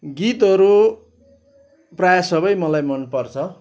गीतहरू प्रायः सबै मलाई मन पर्छ